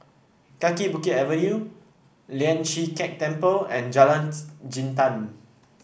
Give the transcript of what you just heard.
Kaki Bukit Avenue Lian Chee Kek Temple and Jalan Jintan